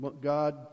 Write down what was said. God